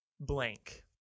blank